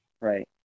Right